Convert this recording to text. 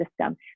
system